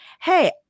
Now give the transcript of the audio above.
hey